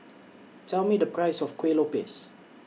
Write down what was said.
Tell Me The Price of Kueh Lopes